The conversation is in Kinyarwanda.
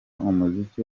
umuziki